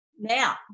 now